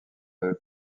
eux